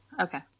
Okay